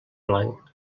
blanc